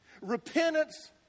repentance